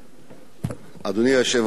אדוני היושב-ראש, חברי הכנסת,